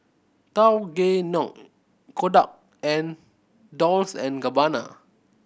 Tao Gae Noi Kodak and Dolce and Gabbana